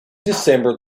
december